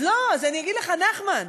אז לא, אני אגיד לך, נחמן.